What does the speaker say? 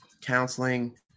counseling